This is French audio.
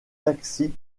taxis